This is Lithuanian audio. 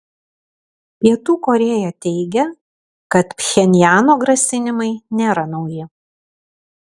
pietų korėja teigia kad pchenjano grasinimai nėra nauji